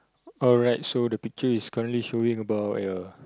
alright so the picture is currently showing about ya